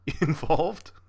involved